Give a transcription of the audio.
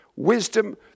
Wisdom